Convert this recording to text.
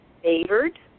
favored